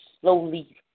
Slowly